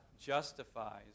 justifies